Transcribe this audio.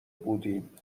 بودیم